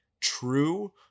true